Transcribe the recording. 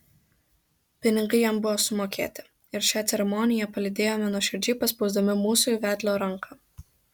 pinigai jam buvo sumokėti ir šią ceremoniją palydėjome nuoširdžiai paspausdami mūsų vedlio ranką